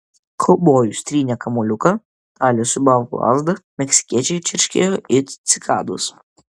kaubojus trynė kamuoliuką talė siūbavo lazdą meksikiečiai čerškėjo it cikados